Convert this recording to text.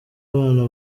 abana